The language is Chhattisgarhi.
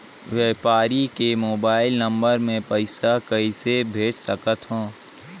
व्यापारी के मोबाइल नंबर मे पईसा कइसे भेज सकथव?